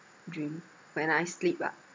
dream when I sleep ah